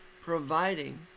providing